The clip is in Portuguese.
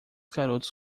garotos